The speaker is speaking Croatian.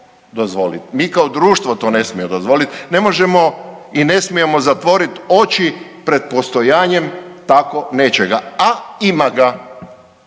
mi kao društvo to ne smijemo dozvolit. Ne možemo i ne smijemo zatvorit oči pred postojanjem tako nečega, a ima ga,